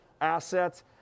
assets